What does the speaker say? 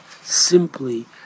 simply